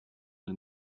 and